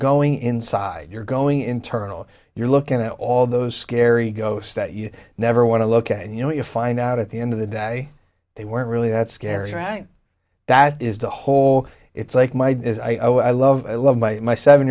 going inside you're going internal you're looking at all those scary ghosts that you never want to look at and you know you find out at the end of the day they weren't really that scary right that is the whole it's like my i love i love my my seven